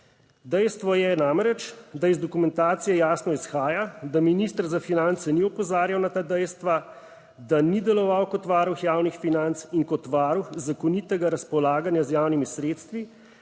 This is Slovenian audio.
Dejstvo je namreč, da iz dokumentacije jasno izhaja, da minister za finance ni opozarjal na ta dejstva, da ni deloval kot varuh javnih financ in kot varuh zakonitega razpolaganja z javnimi sredstvi,